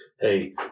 Hey